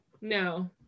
No